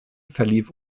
verlief